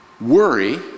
Worry